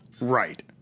Right